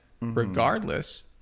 regardless